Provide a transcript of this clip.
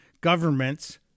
governments